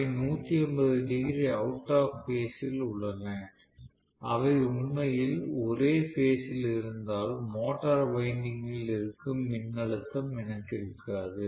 அவை 180 degree out of phase ல் உள்ளன அவை உண்மையில் ஒரே பேஸ் ல் இருந்தால் மோட்டார் வைண்டிங்குகளில் இருக்கும் மின்னழுத்தம் எனக்கு இருக்காது